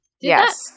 Yes